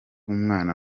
umwana